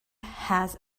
has